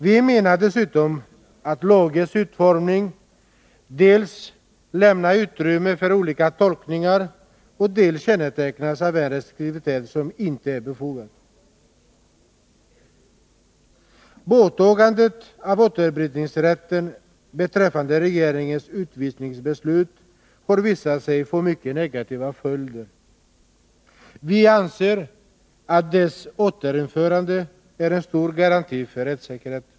Vi menar dessutom att lagens utformning dels lämnar utrymme för olika tolkningar, dels kännetecknas av en restriktivitet som inte är befogad. Borttagandet av återbrytningsrätten beträffande regeringens utvisningsbeslut har visat sig få mycket negativa följder. Vi anser att dess återinförande är en större garanti för rättssäkerhet.